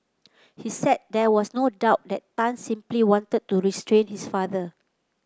he said there was no doubt that Tan simply wanted to restrain his father